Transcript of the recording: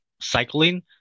cycling